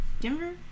Denver